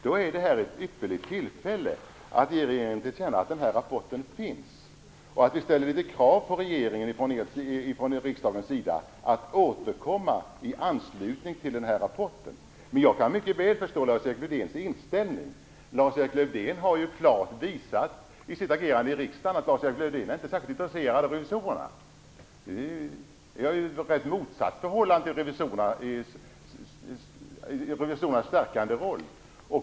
Då är detta ett ypperligt tillfälle att ge regeringen till känna att den här rapporten finns, och att vi ställer litet krav på regeringen från riksdagens sida att återkomma i anslutning till den här rapporten. Jag kan mycket väl förstå Lars-Erik Lövdéns inställning. Lars-Erik Lövdén har klart visat i sitt agerande i riksdagen att Lars-Erik Lövdén inte är särskilt intresserad av revisorerna. Vi har ett motsatt förhållande till revisorernas stärkande roll.